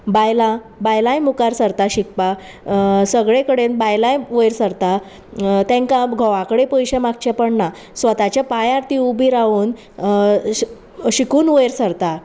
बायलां बायलांय मुखार सरता शिकपाक सगळे कडेन बायलांय वयर सरता तांकां घोवा कडेन पयशे मागचे पडना स्वताच्या पांयार ती उबी रावून शिकून वयर सरता